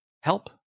help